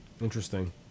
interesting